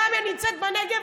חבר הכנסת אופיר כץ, בבקשה.